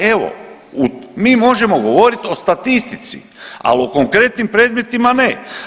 Evo mi možemo govoriti o statistici, ali o konkretnim predmetima ne.